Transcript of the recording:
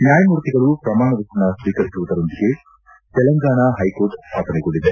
ನ್ಯಾಯಮೂರ್ತಿಗಳು ಪ್ರಮಾಣವಚನ ಸ್ವೀಕರಿಸುವುದರೊಂದಿಗೆ ತೆಲಂಗಾಣ ಹೈಕೋರ್ಟ್ ಸ್ಯಾಪನೆಗೊಂಡಿದೆ